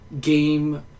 game